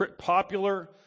popular